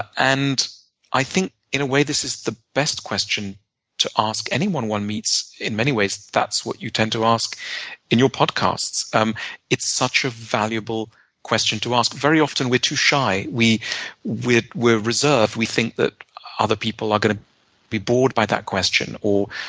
and i think, in a way, this is the best question to ask anyone one meets. in many ways, that's what you tend to ask in your podcasts. um it's such a valuable question to ask. very often, we're too shy. we're we're reserved. we think that other people are gonna be bored by that question, or